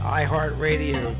iHeartRadio